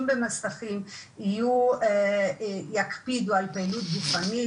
במסכים הם יקפידו על פעילות גופנית.